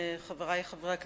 חברי חברי הכנסת,